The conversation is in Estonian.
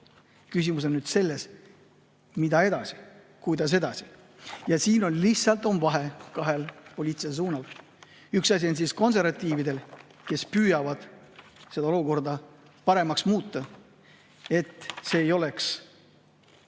Küsimus on selles, mida edasi ja kuidas edasi. Siin on lihtsalt vahe kahel poliitilisel suunal. Üks [suund] on konservatiividel, kes püüavad seda olukorda paremaks muuta, et see ei oleks